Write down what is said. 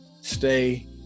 Stay